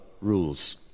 rules